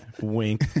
wink